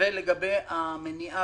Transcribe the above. ולגבי המניעה,